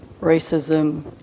racism